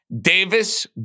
Davis